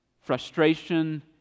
frustration